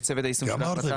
יש צוות יישום של ההחלטה.